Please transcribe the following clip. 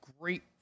Great